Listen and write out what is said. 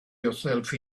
yourself